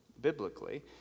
biblically